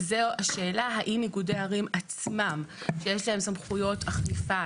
וזו השאלה האם איגודי ערים עצמם שיש להם סמכויות אכיפה,